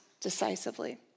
decisively